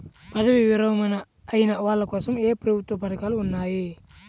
పదవీ విరమణ అయిన వాళ్లకోసం ఏ ప్రభుత్వ పథకాలు ఉన్నాయి?